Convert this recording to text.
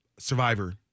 Survivor